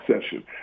session